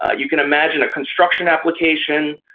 ah you can imagine a construction application.